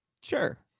sure